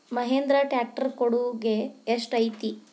Mahindra tractor ಕೊಡುಗೆ ಎಷ್ಟು ಐತಿ?